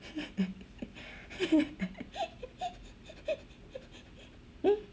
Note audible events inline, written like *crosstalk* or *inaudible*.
*laughs*